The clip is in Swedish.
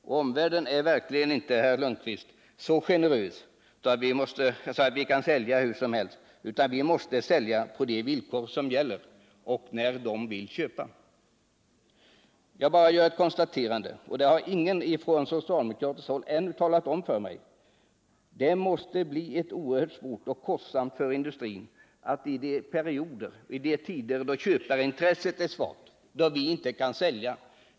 Men omvärlden är verkligen inte, herr Lundkvist, så generös att vi kan sälja hur som helst, utan vi måste sälja på de villkor som gäller och när andra länder vill köpa. Jag vill ställa en fråga, den gäller någonting som ingen från socialdemokratiskt håll ännu har talat om. Det måste bli oerhört svårt och kostsamt för industrin ii tider då köparintresset är svagt och vi inte kan sälja.